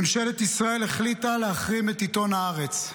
ממשלת ישראל החליטה להחרים את עיתון הארץ.